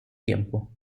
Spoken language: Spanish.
tiempo